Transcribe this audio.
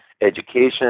education